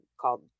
called